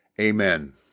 amen